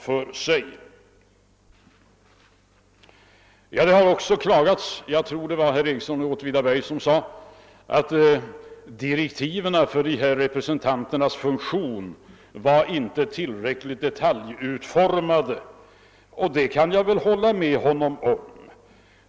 Vidare har det här klagats över — jag tror att det var herr Ericsson i Åtvidaberg som gjorde det — att direktiven för dessa representanters funktion inte var tillräckligt utformade i detalj. Det kan jag hålla med om.